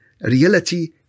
reality